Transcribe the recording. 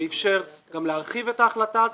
שאפשר גם להרחיב את ההחלטה הזאת.